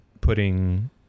putting